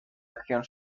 acción